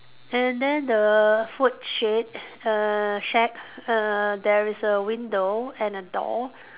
and then the food shade err shack err there is a window and a door